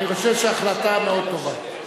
אני חושב שההחלטה מאוד טובה.